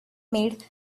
made